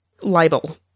libel